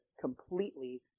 completely